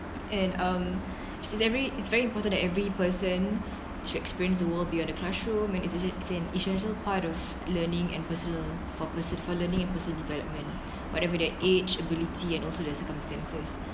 and um it's very is very important to every person to experience the world beyond the classroom and essen~ it's an essential part of learning and personal for person for learning and personal development whatever their age ability and also the circumstances